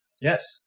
Yes